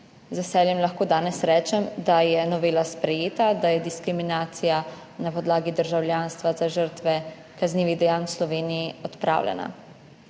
veseljem lahko danes rečem, da je novela sprejeta, da je diskriminacija na podlagi državljanstva za žrtve kaznivih dejanj v Sloveniji odpravljena.